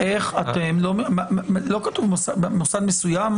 מוסד מסוים,